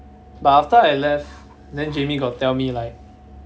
but after I left then jamie got tell me like